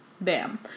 Bam